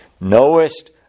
Knowest